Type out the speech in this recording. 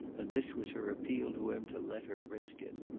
and this was her appeal to him to let her risk it.